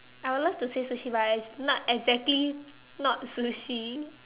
I would love to say Sushi but it's not exactly not Sushi